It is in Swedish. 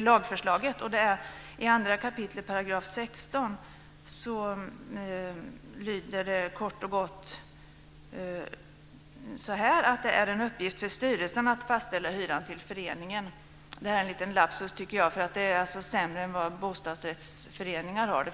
lagförslaget, nämligen 2 kap. 16 §: "Det är en uppgift för styrelsen att fastställa hyran till föreningen." Det är en liten lapsus, tycker jag. Det är sämre än för bostadsrättsföreningar.